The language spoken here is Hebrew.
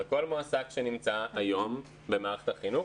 על כל מועסק שנמצא היום במערכת החינוך,